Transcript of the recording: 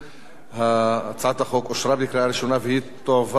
הצעת החוק אושרה בקריאה ראשונה והיא תועבר לוועדת חוקה,